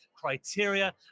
criteria